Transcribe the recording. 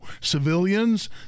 civilians